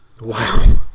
Wow